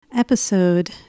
episode